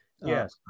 Yes